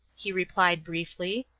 he replied, briefly.